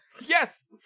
Yes